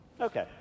Okay